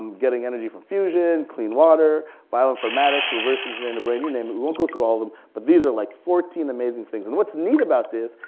um getting energy from fusion, clean water, bioinformatics, reverse engineering the brain, you name it. we won't go through all of them, but these are like fourteen amazing things. and what's neat about this,